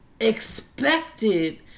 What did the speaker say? expected